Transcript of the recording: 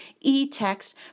e-text